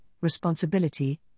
responsibility